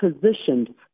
positioned